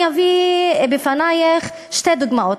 אני אביא בפנייך שתי דוגמאות.